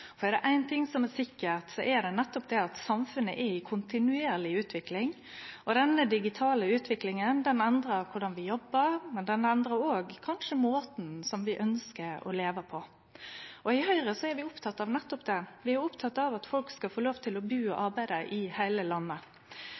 er det éin ting som er sikkert, så er det nettopp at samfunnet er i kontinuerlig utvikling. Den digitale utviklinga endrar korleis vi jobbar, og ho endrar kanskje òg måten vi ønskjer å leve på. I Høgre er vi opptatt av nettopp det; vi er opptatt av at folk skal få lov til å bu og arbeide i heile landet.